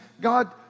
God